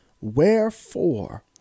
Wherefore